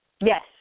Yes